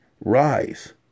rise